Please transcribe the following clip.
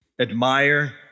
admire